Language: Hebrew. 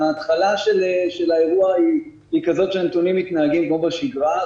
ההתחלה של האירוע כי כזאת שהנתונים מתנהגים כמו בשגרה.